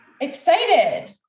excited